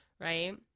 Right